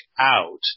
out